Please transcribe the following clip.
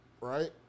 right